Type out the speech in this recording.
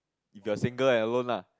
if you are single and alone lah